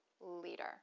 leader